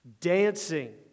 dancing